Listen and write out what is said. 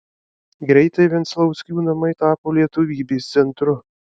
greitai venclauskių namai tapo lietuvybės centru